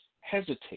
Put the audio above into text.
hesitate